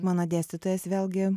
mano dėstytojas vėlgi